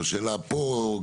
והשאלה פה.